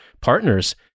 partners